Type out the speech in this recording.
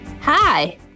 Hi